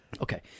Okay